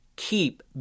keep